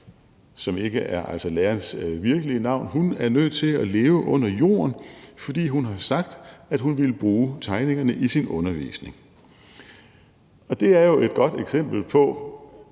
ikke er lærerens virkelige navn. Hun er nødt til at leve under jorden, fordi hun har sagt, at hun ville bruge tegningerne i sin undervisning. Og det er jo et godt eksempel på,